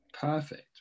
Perfect